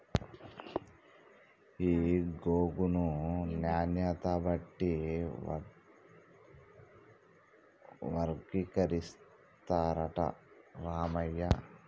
ఈ గోగును నాణ్యత బట్టి వర్గీకరిస్తారట రామయ్య